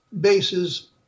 bases